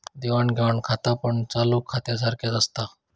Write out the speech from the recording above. देवाण घेवाण खातापण चालू खात्यासारख्याच असता